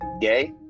gay